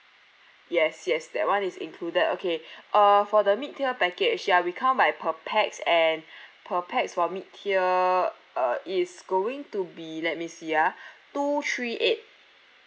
yes yes that [one] is included okay uh for the mid tier package ya we come by per pax and per pax for mid tier uh is going to be let me see ah two three eight